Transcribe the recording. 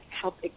help